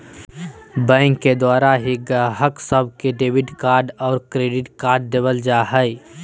bank के द्वारा ही गाहक सब के डेबिट और क्रेडिट कार्ड देवल जा हय